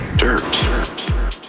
Dirt